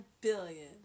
billion